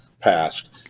passed